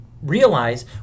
realize